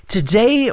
Today